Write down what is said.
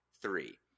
three